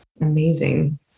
amazing